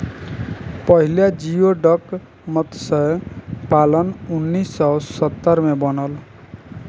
पहिला जियोडक मतस्य पालन उन्नीस सौ सत्तर में बनल